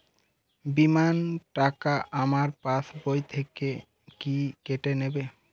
বিমার টাকা আমার পাশ বই থেকে কি কেটে নেবে?